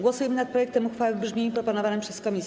Głosujemy nad projektem uchwały w brzmieniu proponowanym przez komisję.